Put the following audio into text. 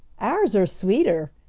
ours are sweeter,